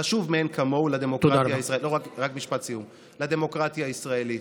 הוא חשוב מאין כמוהו לדמוקרטיה הישראלית.